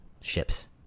ships